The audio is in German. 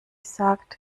sagt